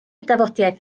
dafodiaith